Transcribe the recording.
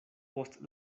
post